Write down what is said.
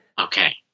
Okay